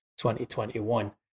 2021